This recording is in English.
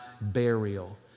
burial